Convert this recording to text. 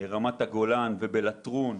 ברמת הגולן ובלטרון,